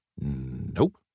Nope